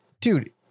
Dude